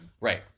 right